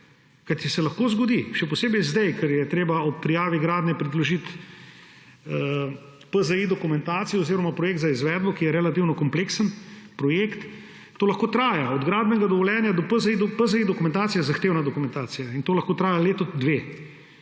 Kajti lahko se zgodi, še posebej zdaj, ko je treba ob prijavi gradnje predložiti dokumentacijo PZI oziroma projekt za izvedbo, ki je relativno kompleksen projekt, da to traja, od gradbenega dovoljenja do dokumentacije PZI. Dokumentacija PZI je zahtevna dokumentacija in to lahko traja leto, dve,